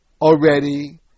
already